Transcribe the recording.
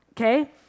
okay